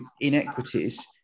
inequities